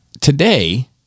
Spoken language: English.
today